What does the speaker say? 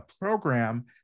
Program